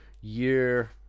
year